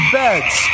beds